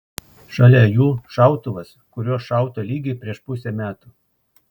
šalia jų šautuvas kuriuo šauta lygiai prieš pusę metų